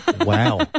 Wow